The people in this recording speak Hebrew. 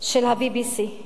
של ה-BBC,